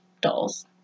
dolls